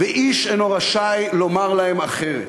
ואיש אינו רשאי לומר להם אחרת.